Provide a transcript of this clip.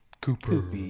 Cooper